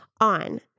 on